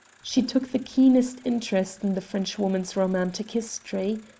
she took the keenest interest in the frenchwoman's romantic history.